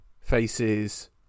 faces